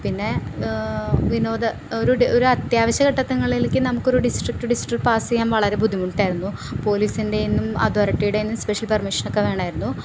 പിന്നെ വിനോദ ഒരു അത്യാവശ്യഘട്ടത്തിങ്ങളിലേക്ക് നമുക്കൊരു ഡിസ്ട്രിക്റ്റ് റ്റു ഡിസ്ട്രിക്റ്റ് പാസ് ചെയ്യാൻ വളരെ ബുദ്ധിമുട്ടായിരുന്നു പോലീസിൻടേയ്ന്നും അതോറിറ്റീടേയ്ന്നും സ്പെഷ്യൽ പെർമിഷനൊക്കെ വേണമായിരുന്നു